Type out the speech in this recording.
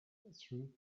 through